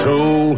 Two